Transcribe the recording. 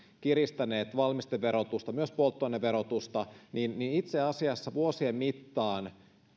kiristäneet valmisteverotusta myös polttoaineverotusta ja itse asiassa vuosien mittaan